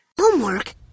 Homework